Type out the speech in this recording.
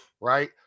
right